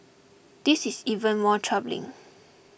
this is even more troubling